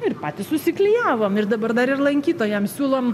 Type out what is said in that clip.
ir patys susiklijavom ir dabar dar ir lankytojams siūlom